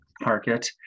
market